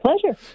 pleasure